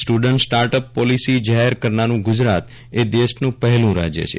student startup policy જાહેર કરનારૂ ગુજરાતએ દેશનું પહેલું રાજય છે